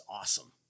awesome